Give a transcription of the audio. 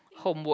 homework